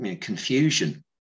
confusion